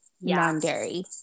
non-dairy